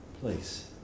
place